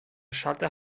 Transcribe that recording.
schalter